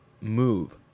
move